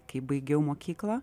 kai baigiau mokyklą